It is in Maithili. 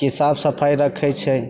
की साफ सफाइ रखयके छै